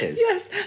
Yes